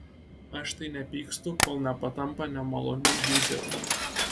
aš tai nepykstu kol nepatampa nemaloniu juzeriu